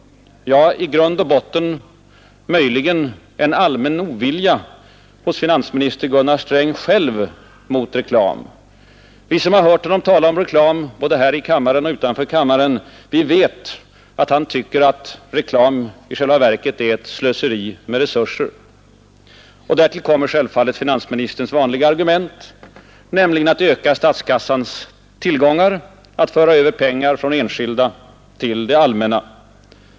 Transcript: Ja, i grund och botten möjligen en allmän ovilja hos finansministern själv mot reklam. Vi som hört honom tala om reklam både här i kammaren och utanför kammaren vet att han tycker att reklam i själva verket är ett slöseri med resurser Och därtill kommer självfallet finansministerns vanliga argument, nämligen önskan att öka statskassans tillgångar, att föra över pengar från enskilda till det allmänna.